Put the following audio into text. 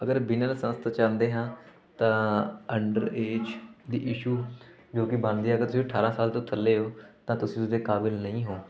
ਅਗਰ ਬਿਨਾਂ ਲਾਇਸੈਂਸ ਤੋਂ ਚੱਲਦੇ ਹਾਂ ਤਾਂ ਅੰਡਰ ਏਜ ਦੀ ਇਸ਼ੂ ਜੋ ਕਿ ਬਣਦੀ ਆ ਅਗਰ ਤੁਸੀਂ ਅਠਾਰਾਂ ਸਾਲ ਤੋਂ ਥੱਲੇ ਹੋ ਤਾਂ ਤੁਸੀਂ ਉਸਦੇ ਕਾਬਿਲ ਨਹੀਂ ਹੋ